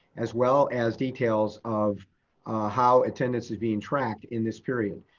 as well as details of how attendance is being tracked in this period.